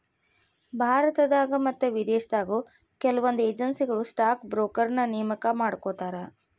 ಭಾರತದಾಗ ಮತ್ತ ವಿದೇಶದಾಗು ಕೆಲವೊಂದ್ ಏಜೆನ್ಸಿಗಳು ಸ್ಟಾಕ್ ಬ್ರೋಕರ್ನ ನೇಮಕಾ ಮಾಡ್ಕೋತಾರ